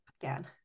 again